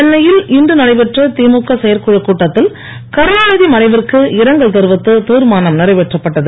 சென்னையில் இன்று நடைபெற்ற இமுக செயற்குழுக் கூட்டத்தில் கருணாநிதி மறைவிற்கு இரங்கல் தெரிவித்து தீர்மானம் நிறைவேற்றப்பட்டது